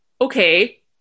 okay